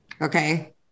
Okay